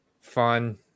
fun